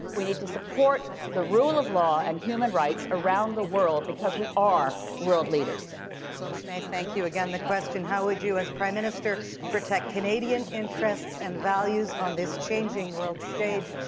we need to support the rule of law and human rights around the world because we are world leaders. lisa ms. may, thank you. again, the question, how would you as prime minister protect canadian interests and values on this changing world stage?